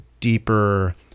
deeper